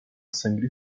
sangue